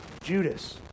Judas